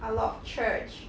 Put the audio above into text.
a lot of church